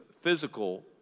physical